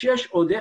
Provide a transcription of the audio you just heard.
כשיש עודף,